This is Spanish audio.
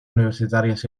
universitarias